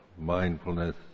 mindfulness